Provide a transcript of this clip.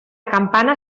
campana